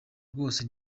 rwose